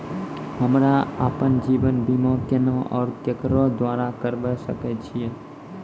हमरा आपन जीवन बीमा केना और केकरो द्वारा करबै सकै छिये?